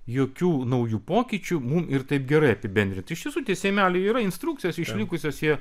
jokių naujų pokyčių mum ir taip gerai apibendrint iš visų seimelių yra instrukcijos išlikusios jie